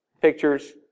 pictures